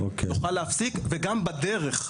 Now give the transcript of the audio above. נוכל להפסיק וגם בדרך,